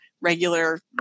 regular